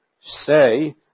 say